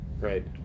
right